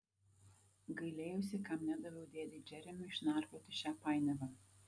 gailėjausi kam nedaviau dėdei džeremiui išnarplioti šią painiavą